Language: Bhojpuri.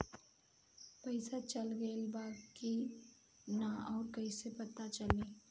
पइसा चल गेलऽ बा कि न और कइसे पता चलि?